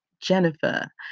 jennifer